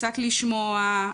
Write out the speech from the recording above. קצת לשמוע,